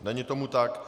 Není tomu tak.